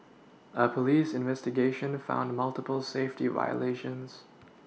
a police investigation found multiple safety violations